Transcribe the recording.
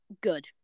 good